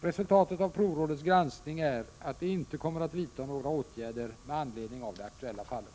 Resultatet av 55 provrådets granskning är att det inte kommer att vidtas några åtgärder med anledning av det aktuella fallet.